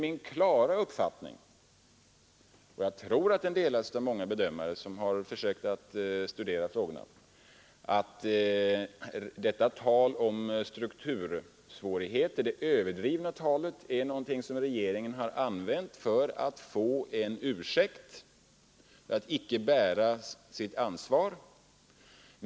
Min klara uppfattning — jag tror att den delas av många bedömare som har försökt studera frågorna — är att detta överdrivna tal om struktursvårigheter är någonting som regeringen har använt för att få en ursäkt och för att inte behöva bära sitt ansvar.